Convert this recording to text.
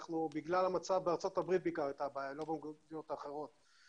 עיקר הבעיה היה בארצות הברית, לא במקומות אחרים.